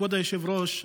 כבוד היושב-ראש,